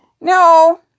No